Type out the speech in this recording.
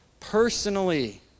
personally